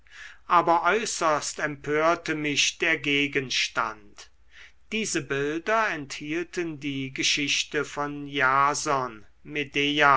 aber äußerst empörte mich der gegenstand diese bilder enthielten die geschichte von iason